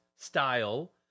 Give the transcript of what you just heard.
style